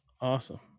Awesome